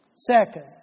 Second